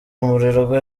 umurerwa